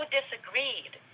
disagreed